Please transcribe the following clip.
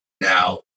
now